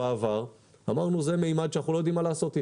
בעבר אמרנו על האינטרנט שזה ממד שאנחנו לא יודעים מה לעשות איתו.